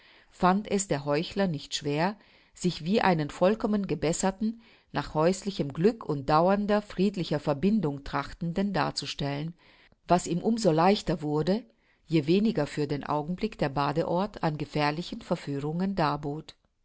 fand es der heuchler nicht schwer sich wie einen vollkommen gebesserten nach häuslichem glück und dauernder friedlicher verbindung trachtenden darzustellen was ihm um so leichter wurde je weniger für den augenblick der badeort an gefährlichen verführungen